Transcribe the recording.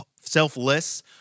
selfless